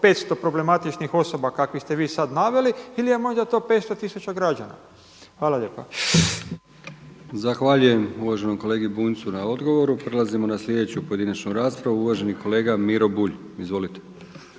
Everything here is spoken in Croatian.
500 problematičnih osoba kakvih ste sad vi naveli ili je to možda 500 tisuća građana. Hvala lijepa. **Brkić, Milijan (HDZ)** Zahvaljujem uvaženom kolegi Bunjcu na odgovoru. Prelazimo na slijedeću pojedinačnu raspravu. Uvaženi kolega Miro Bulj. Izvolite!